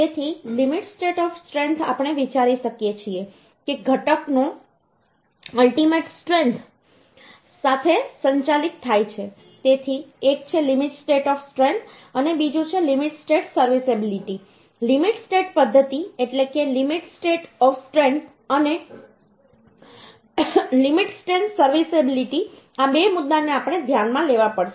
તેથી limit state of strength આપણે વિચારી શકીએ છીએ કે ઘટક ો અલ્ટીમેટ સ્ટ્રેન્થ સાથે સંચાલિત થાય છે તેથી એક છે લિમિટ સ્ટેટ ઓફ સ્ટ્રેન્થ અને બીજું છે limit state serviceability limit state પદ્ધતિ એટલે કે લિમિટ સ્ટેટ ઓફ સ્ટ્રેન્થ અને લિમિટ સ્ટેટ સર્વિસએબિલિટી આ બે મુદ્દાને આપણે ધ્યાનમાં લેવા પડશે